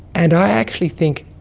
and i actually think,